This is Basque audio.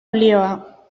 olioa